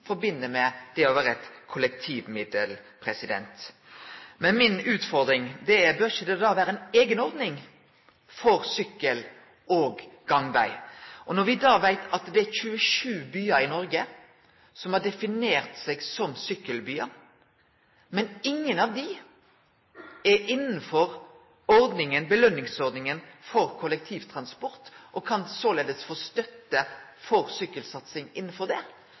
eit kollektivmiddel. Men mi utfordring er: Bør det ikkje da vere ei eiga ordning for sykkel- og gangveg? Når me veit at det er 27 byar i Noreg som har definert seg som sykkelbyar, men ingen av dei er innanfor belønningsordninga for kollektivtransport og kan såleis få støtte til sykkelsatsing innanfor den, ser ikkje statsråden da at det